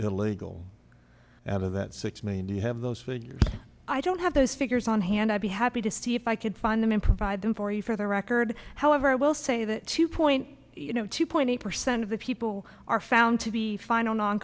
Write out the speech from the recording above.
illegal and of that six million do you have those figures i don't have those figures on hand i'd be happy to see if i could find them and provide them for you for the record however i will say that to point you know two point eight percent of the people are found to be fine on